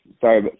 sorry